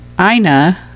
Ina